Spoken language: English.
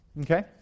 Okay